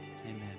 Amen